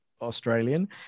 Australian